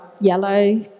yellow